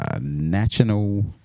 National